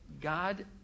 God